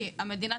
שתרמו למדינה,